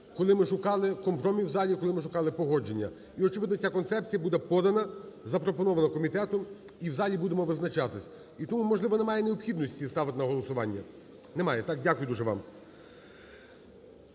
коли ми шукали компроміс в залі, коли ми шукали погодження. І очевидно ця концепція буде подана, запропонована комітетом, і в залі будемо визначатись. І тому, можливо, немає необхідності ставити на голосування? Немає. Дякую дуже вам.